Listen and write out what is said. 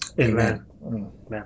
Amen